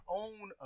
own